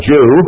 Jew